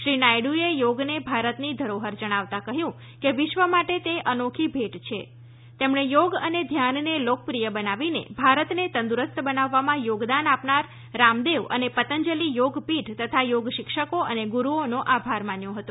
શ્રી નાયડુએ યોગને ભારતની ધરોફરજણાવતા કહ્યું કે વિશ્વ માટે તે અનોખી ભેટ છે તેમણે થોગ અને ધ્યાનને લોકપ્રિય બનાવીને ભારતને તંદુરસ્ત બનાવવામાં યોગદાન આપનાર રામદેવ અને પતંજલિ યોગ પીઠ તથા યોગ શિક્ષકો અને ગુરૂઓનો આભાર માન્યો હતો